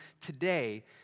today